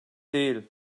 değil